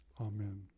amen